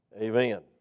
amen